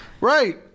Right